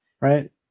Right